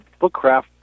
Bookcraft